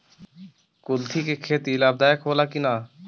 कुलथी के खेती लाभदायक होला कि न?